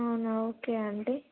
అవునా okay aunty